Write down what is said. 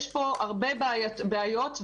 יש פה הרבה בעיות.